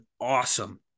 awesome